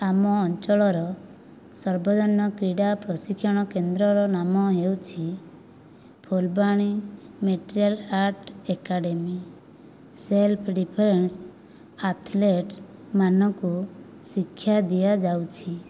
ଆମ ଅଞ୍ଚଳର ସାର୍ବଜନୀନ କ୍ରୀଡ଼ା ପ୍ରଶିକ୍ଷଣ କେନ୍ଦ୍ରର ନାମ ହେଉଛି Phulbani martial arts academy self defence athlete ମାନଙ୍କୁ ଶିକ୍ଷା ଦିଆଯାଉଛି